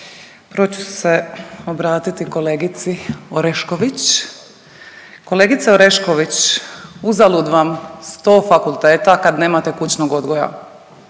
prvo ću se obratiti Orešković. Kolegice Orešković uzalud vam sto fakulteta kad nemate kućnog odgoja.